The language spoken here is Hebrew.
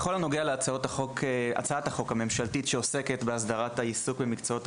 כל מה שנוגע להצעת החוק הממשלתית שעוסקת בהסדרת העיסוק של עוזר רופא